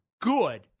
good